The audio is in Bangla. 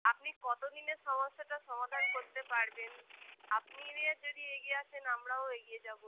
আপনি কতো দিনে সমস্যাটা সমাধান করতে পারবেন আপনি এ নিয়ে যদি এগিয়ে আসেন আমরাও এগিয়ে যাবো